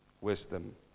wisdom